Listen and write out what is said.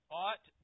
ought